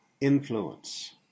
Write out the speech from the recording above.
influence